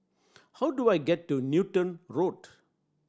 how do I get to Newton Road